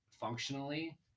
functionally